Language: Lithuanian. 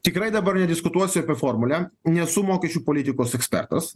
tikrai dabar nediskutuosiu apie formulę nesu mokesčių politikos ekspertas